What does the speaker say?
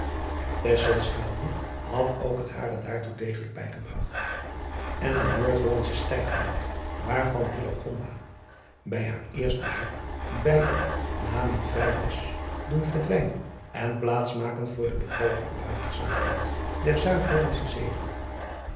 had ook het hare daartoe degelijk bijgebragt en de oordhollandsche stijfheid waarvan bij haar eerst bezoek bijlang na niet vrij was doen verdwijnen en plaats maken voor de bevalligere buigzaamheid der uidhollandsche